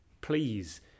please